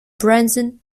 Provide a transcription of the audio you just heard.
branson